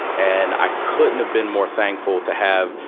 and i couldn't have been more thankful to have,